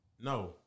No